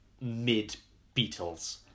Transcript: mid-Beatles